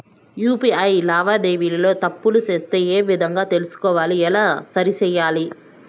UPI లావాదేవీలలో తప్పులు వస్తే ఏ విధంగా తెలుసుకోవాలి? ఎలా సరిసేయాలి?